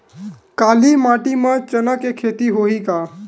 काली माटी म चना के खेती होही का?